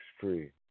free